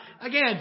again